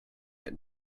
and